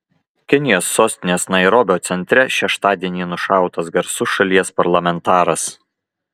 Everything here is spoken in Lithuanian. kenijos sostinės nairobio centre šeštadienį nušautas garsus šalies parlamentaras